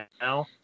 now